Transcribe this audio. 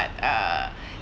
like uh